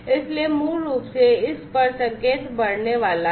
इसलिए मूल रूप से इस पर संकेत बढ़ने वाला है